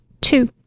two